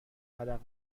عرق